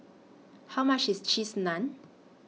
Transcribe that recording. How much IS Cheese Naan